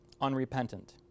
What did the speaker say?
unrepentant